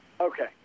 Okay